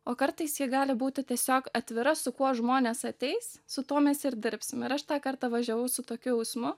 o kartais ji gali būti tiesiog atvira su kuo žmonės ateis su tuo mes dirbsim ir aš tą kartą važiavau su tokiu jausmu